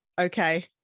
okay